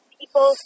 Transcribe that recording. people